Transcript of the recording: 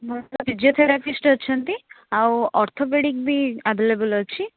physiotherapist ଅଛନ୍ତି ଆଉ orthopaedic ବି ଆଭଲେବଲ୍ ଅଛି